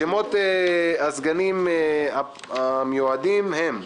שמות הסגנים המיועדים הם: